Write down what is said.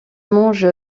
mange